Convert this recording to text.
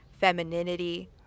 femininity